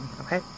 Okay